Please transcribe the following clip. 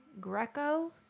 Greco